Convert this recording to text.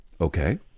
Okay